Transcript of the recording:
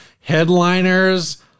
headliners